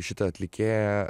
šitą atlikėją